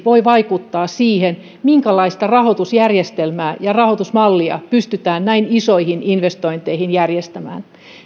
voi vaikuttaa siihen minkälaista rahoitusjärjestelmää ja rahoitusmallia pystytään näin isoihin investointeihin järjestämään